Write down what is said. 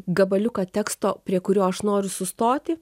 gabaliuką teksto prie kurio aš noriu sustoti